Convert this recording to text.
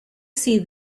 see